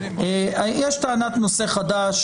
יש טענת נושא חדש.